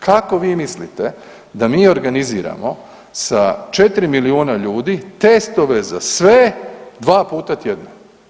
Kako vi mislite da mi organiziramo sa 4 milijuna ljudi testove za sve dva puta tjedno?